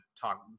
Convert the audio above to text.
talk